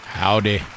howdy